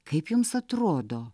kaip jums atrodo